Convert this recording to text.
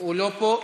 הוא לא פה.